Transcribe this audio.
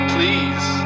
Please